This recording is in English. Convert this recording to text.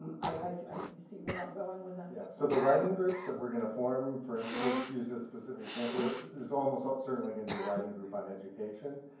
um you see where i'm going with that? yeah. so the writing groups that we're going to form for instance. we'll just use this specific example. there's almost ah certainly going to be a writing group on education.